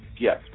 gift